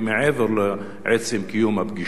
מעבר לעצם קיום הפגישה.